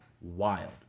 wild